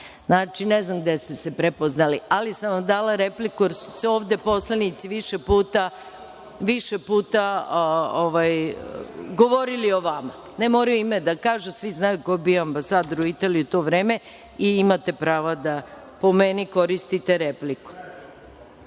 Znači, ne znam gde ste se prepoznali, ali sam vam dala repliku jer su ovde poslanici više puta govorili o vama. Ne moraju ime da kažu svi znaju ko je bio ambasador u Italiji to vreme i imate prava da, po meni, koristite repliku. Šta